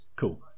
cool